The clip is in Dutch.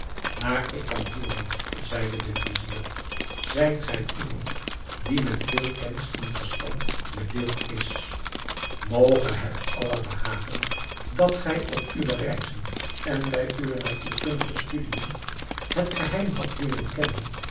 naar ik kan hooren zeide de vizier zijt gij iemand die met veel kennis en verstand bedeeld is mogt het allah behagen dat gij op uwe reizen en bij uwe natuurkundige studiën het geheim hadt leeren kennen